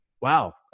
wow